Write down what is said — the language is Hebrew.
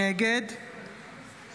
נגד